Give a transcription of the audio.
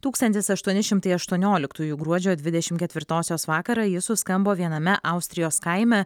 tūkstantis aštuoni šimtai aštuonioliktųjų gruodžio dvidešim ketvirtosios vakarą ji suskambo viename austrijos kaime